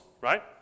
right